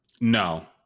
No